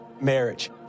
marriage